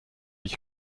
ich